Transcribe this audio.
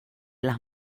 las